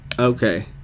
Okay